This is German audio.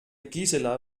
gisela